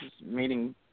meeting